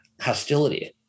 hostility